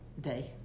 Day